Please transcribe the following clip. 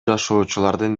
жашоочулардын